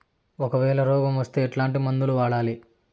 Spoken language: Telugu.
ఒకవేల రోగం వస్తే ఎట్లాంటి మందులు వాడాలి?